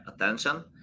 attention